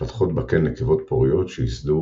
מתפתחות בקן נקבות פוריות שייסדו